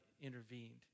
intervened